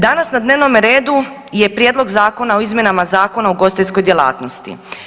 Danas na dnevnome redu je Prijedlog zakona o izmjenama Zakona o ugostiteljskoj djelatnosti.